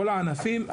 בכל הענפים,